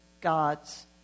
God's